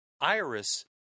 Iris